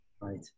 Right